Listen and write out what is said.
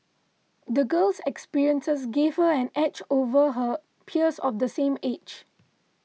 the girl's experiences gave her an edge over her peers of the same age